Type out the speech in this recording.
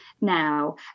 now